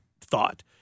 thought